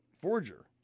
forger